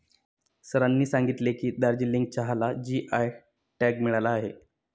सरांनी सांगितले की, दार्जिलिंग चहाला जी.आय टॅग मिळाला आहे